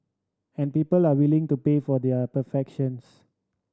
and people are willing to pay for there are perfections